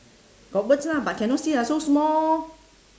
got words lah but cannot see lah so small